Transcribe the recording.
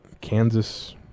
Kansas